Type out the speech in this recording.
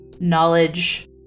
knowledge